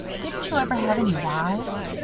didn't you ever have any wives?